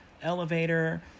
elevator